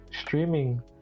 streaming